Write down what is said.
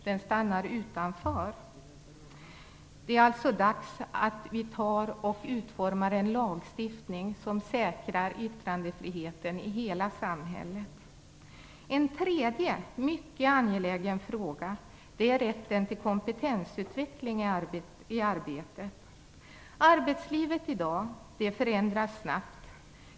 Det är alltså dags att vi utformar en lagstiftning som säkrar yttrandefriheten i hela samhället. En tredje mycket angelägen fråga är rätten till kompetensutveckling i arbetet. Arbetslivet förändras snabbt i dag.